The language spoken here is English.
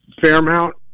Fairmount